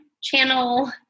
channel